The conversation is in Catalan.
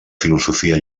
filosofia